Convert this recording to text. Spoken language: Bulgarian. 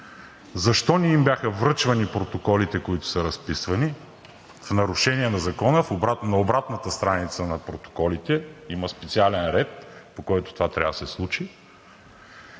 Защо не им бяха връчвани протоколите, които са разписвани, в нарушение на Закона? На обратната страница на протоколите има специален ред, по който това трябва да се случи.